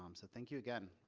um so thank you again.